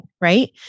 right